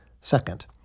Second